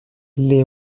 les